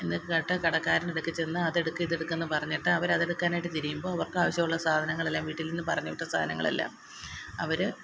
എന്നിട്ട് കടക്കാരൻ്റെ അടുക്കൽ ചെന്ന് അതെടുക്ക് ഇതെടുക്ക് പറഞ്ഞിട്ട് അവരത് എടുക്കാനായിട്ട് തിരിയുമ്പോൾ അവർക്കാവശ്യമുള്ള സാധനങ്ങളെല്ലാം വീട്ടിൽ നിന്ന് പറഞ്ഞ് വിട്ട സാധനങ്ങളെല്ലാം അവര്